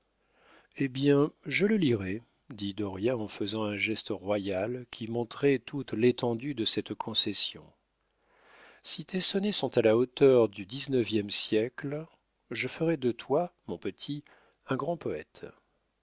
eh bien je le lirai dit dauriat en faisant un geste royal qui montrait toute l'étendue de cette concession si tes sonnets sont à la hauteur du dix-neuvième siècle je ferai de toi mon petit un grand poète